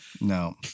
no